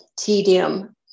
tedium